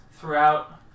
throughout